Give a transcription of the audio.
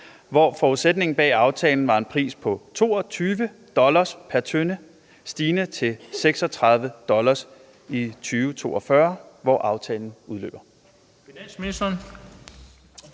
hvor forudsætningen bag aftalen var en pris på 22 dollars pr. tønde, stigende til 36 dollars i 2042, hvor aftalen udløber? Den